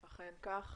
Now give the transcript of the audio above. אכן כך.